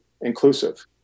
inclusive